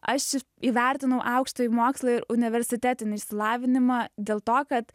aš įvertinu aukštąjį mokslo ir universitetinį išsilavinimą dėl to kad